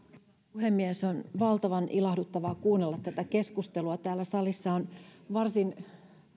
puhemies on valtavan ilahduttavaa kuunnella tätä keskustelua täällä salissa on varsin